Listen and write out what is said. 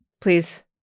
please